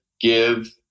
give